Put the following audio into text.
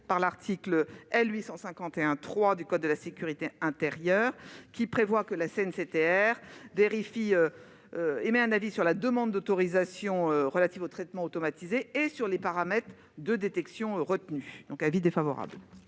par l'article L. 851-3 du code de la sécurité intérieure, qui prévoit que la CNCTR émet un avis sur la demande d'autorisation relative au traitement automatisé et sur les paramètres de détection retenus. L'avis est défavorable.